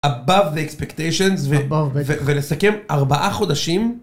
Above the expectations, ולסכם, ארבעה חודשים.